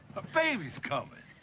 a baby's coming.